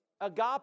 agape